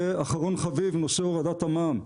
ואחרון חביב, נושא הורדת המע"מ.